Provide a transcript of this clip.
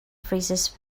phrases